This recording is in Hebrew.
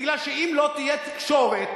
בגלל שאם לא תהיה תקשורת,